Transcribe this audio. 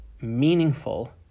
meaningful